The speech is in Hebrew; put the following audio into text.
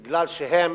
כי הם